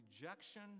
rejection